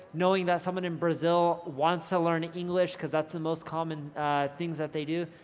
knowing that someone in brazil wants to learn english because that's the most common things that they do,